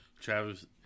Travis